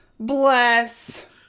Bless